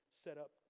setup